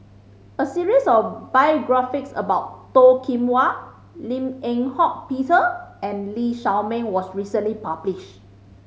a series of biographies about Toh Kim Hwa Lim Eng Hock Peter and Lee Shao Meng was recently publish